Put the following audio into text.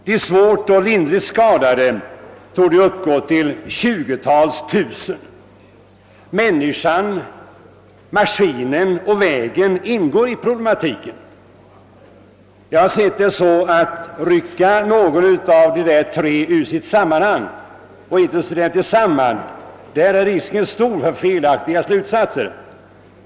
De svårt eller lindrigt skadade torde uppgå till ett tjugotal tusen. Människan, maskinen och vägen tillhör här problematiken. Jag ser saken så, att om någon av dessa tre faktorer rycks ur sitt sammanhang, så att faktorerna alltså inte studeras tillsammans, är risken för felaktiga slutsatser stor.